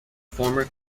former